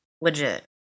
Legit